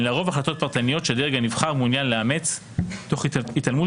הן לרוב החלטות פרטניות שהדרג הנבחר מעוניין לאמץ תוך התעלמות